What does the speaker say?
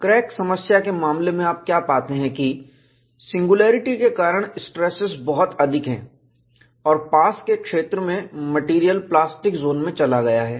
crack समस्या के मामले में आप क्या पाते हैं कि सिंगुलेरिटी के कारण स्ट्रेसेस बहुत अधिक है और पास के क्षेत्र में मेटेरियल प्लास्टिक जोन में चला गया है